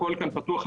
הכול נגיש לציבור,